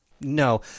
No